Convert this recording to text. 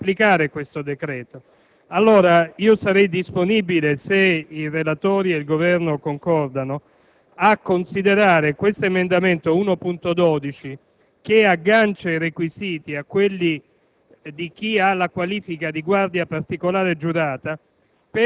e, successivamente, è previsto un termine per applicarlo. Allora, sarei disponibile, se i relatori e il Governo concordano, a considerare l'emendamento 1.12, che aggancia i requisiti a quelli